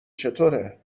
چطوره